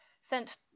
sent